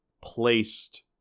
placed